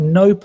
no